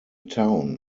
town